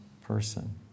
person